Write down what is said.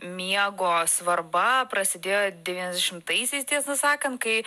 miego svarba prasidėjo devyniasdešimtaisiais tiesą sakant kai